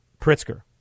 Pritzker